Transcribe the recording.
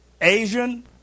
Asian